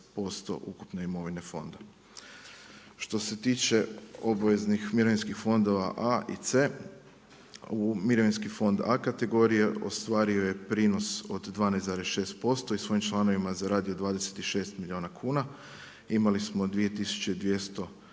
ukupne imovine fonda. Što se tiče obveznih mirovinskih fondova A i C, u mirovinski fond A kategorije ostvario je prinos od 12,6% i svojim članovima zaradio 26 milijuna kuna. Imali smo 2200